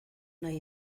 nahi